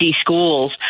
schools